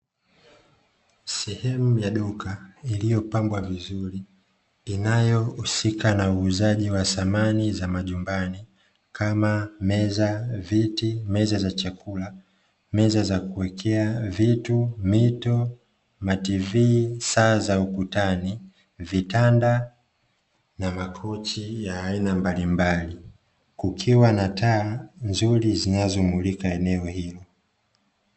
Sehemu ya duka iliyopambwa vizuri inayohusika na uuzaji wa samani za majumbani, kama: meza, viti, meza za chakula, meza za kuekea vitu, mito, tv, saa za ukutani, vitanda na makochi ya aina mbalimbali. Kukiwa na taa nzuri zinazomulika eneo hilo.